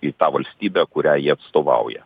į tą valstybę kurią jie atstovauja